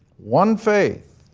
one faith,